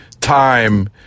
time